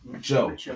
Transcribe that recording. joe